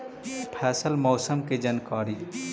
फसल मौसम के जानकारी?